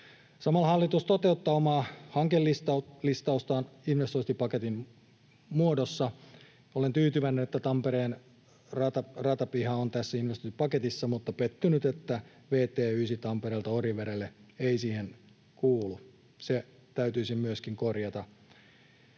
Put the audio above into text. Samalla hallitus toteuttaa omaa hankelistaustaan investointipaketin muodossa. Olen tyytyväinen, että Tampereen ratapiha on tässä investointipaketissa, mutta pettynyt, että vt 9 Tampereelta Orivedelle ei siihen kuulu. Se täytyisi myöskin korjata.